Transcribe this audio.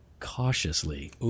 Cautiously